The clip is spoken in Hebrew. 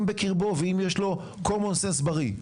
בקרבו ואם יש לו common sense בריא.